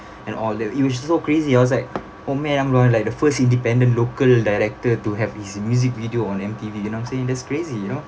and all that it was just so crazy I was like oh man I was like the first independent local director to have his music video on M_T_V you know what I'm saying that's crazy you know